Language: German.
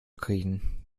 kriechen